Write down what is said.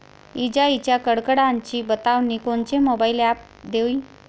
इजाइच्या कडकडाटाची बतावनी कोनचे मोबाईल ॲप देईन?